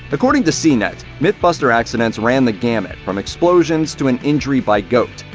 according to cnet, mythbuster accidents ran the gamut from explosions to an injury by goat.